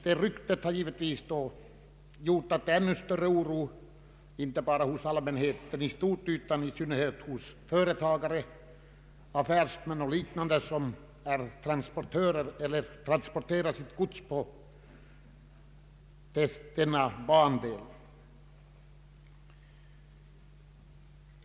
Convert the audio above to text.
Det ryktet har givetvis föranlett ännu större oro inte bara hos allmänheten i stort utan i synnerhet hos företagare, affärsmän m.fl. som transporterar sitt gods på denna bandel.